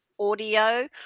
audio